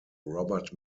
robert